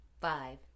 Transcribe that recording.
five